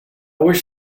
wish